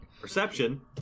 Perception